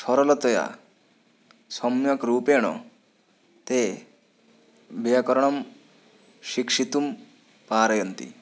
सरलतया सम्यक् रूपेण ते व्याकरणं शिक्षितुं पारयन्ति